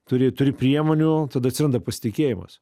turi turi priemonių tada atsiranda pasitikėjimas